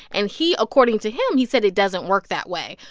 and he according to him, he said it doesn't work that way.